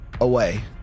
away